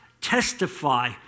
testify